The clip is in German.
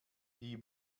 die